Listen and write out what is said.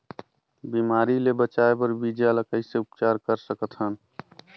बिमारी ले बचाय बर बीजा ल कइसे उपचार कर सकत हन?